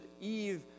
Eve